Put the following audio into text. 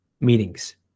meetings